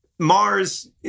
Mars